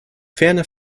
ferner